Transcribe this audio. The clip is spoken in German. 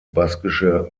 baskische